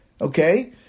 Okay